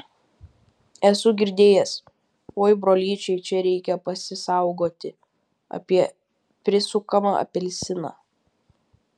esu girdėjęs oi brolyčiai čia reikia pasisaugoti apie prisukamą apelsiną